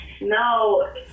No